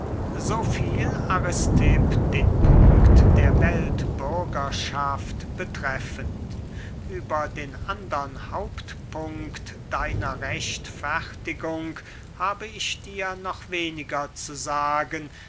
so viel aristipp den punkt der weltbürgerschaft betreffend über den andern hauptpunkt deiner rechtfertigung habe ich dir noch weniger zu sagen